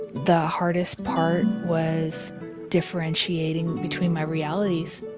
the hardest part was differentiating between my realities.